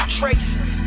traces